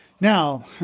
Now